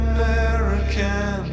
American